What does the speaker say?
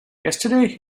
yesterday